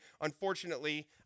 unfortunately